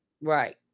Right